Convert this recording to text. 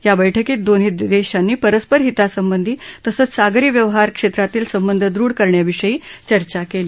या बैठकीत दोन्ही दशांनी परस्पर हिता संबंधित तसंच सागरी व्यवहार क्षाश्वतील संबंध दृढ करण्याविषयी चर्चा काली